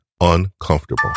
uncomfortable